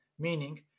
meaning